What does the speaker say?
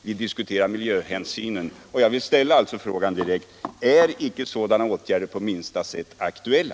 Vi diskuterar miljöhänsyn. Och då vill jag ställa frågan direkt till jordbruksministern: Är inte åtgärder för att begränsa användningen av handelsgödsel på minsta sätt aktuella?